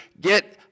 get